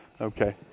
Okay